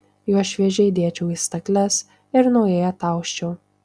juos šviežiai dėčiau į stakles ir naujai atausčiau